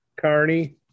Carney